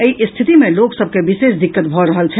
एहि स्थिति मे लोक सभ के विशेष दिक्कत भऽ रहल अछि